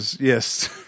Yes